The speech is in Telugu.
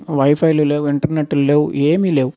వైఫైలు లేవు ఇంటర్నెట్టులు లేవు ఏమీ లేవు